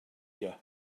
you